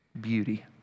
beauty